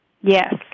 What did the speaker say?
Yes